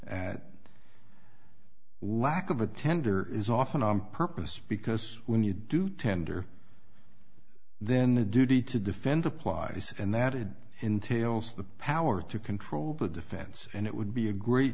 at lack of a tender is often on purpose because when you do tender then the duty to defend applies and that it entails the power to control the defense and it would be a great